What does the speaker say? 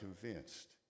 convinced